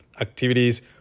activities